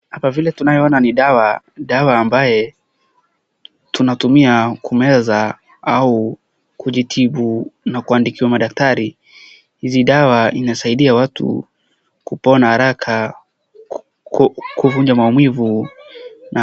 Hapa vile tunaye ona ni dawa. Dawa ambaye tunatumia kumeza au kujitibu na kuandikiwa madaktari. Hizi dawa inasaidia watu kupona haraka kuvuja maumivu na..